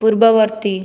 ପୂର୍ବବର୍ତ୍ତୀ